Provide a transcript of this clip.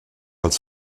als